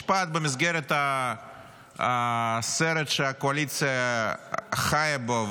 משפט במסגרת הסרט שהקואליציה חיה בו,